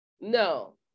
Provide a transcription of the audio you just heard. No